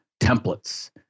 templates